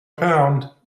pound